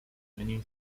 many